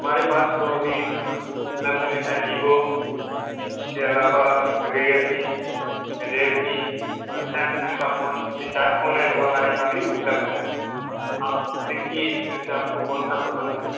हमारे पास तो अभी उपलब्ध में है वीवो इसके अलावा रियालमी रेडमी और सैमसंग का फोन ये चार फोन है जो हमारे यहाँ अभी उपलब्ध है आप देखिए इसमें से आप को कौन सा पसंद है